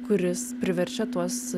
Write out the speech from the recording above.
kuris priverčia tuos